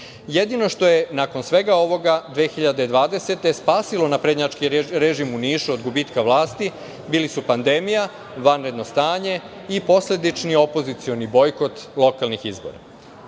tajna. Jedino što je nakon svega ovoga 2020. godine spasilo naprednjački režim u Nišu od gubitka vlasti bili su pandemija, vanredno stanje i posledični opozicioni bojkot lokalnih izbora. Ovaj